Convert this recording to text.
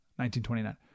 1929